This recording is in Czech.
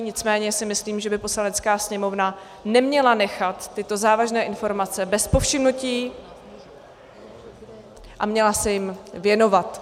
Nicméně si myslím, že by Poslanecká sněmovna neměla nechat tyto závažné informace bez povšimnutí a měla se jim věnovat.